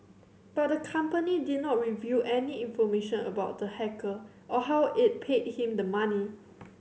but the company did not reveal any information about the hacker or how it paid him the money